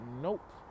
nope